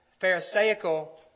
pharisaical